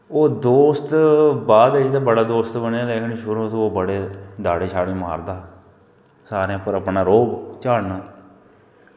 ओह् दोस्त बाद च ते बड़ा दोस्त बनेआ लेकिन शुरू तों ओह् बड़े दाड़े शाड़े मारदा हा सारें उप्पर अपना रोह्ब झाड़ना